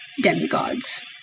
demigods